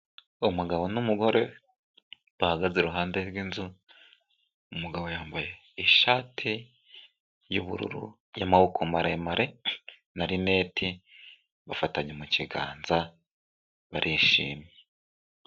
Umugabo n'umugore bahagaze iruhande rw'inzu, umugabo yambaye ishati y'ubururu y'amaboko maremare na linete, bafatanye mu kiganza barishimye.